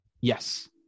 Yes